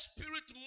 Spirit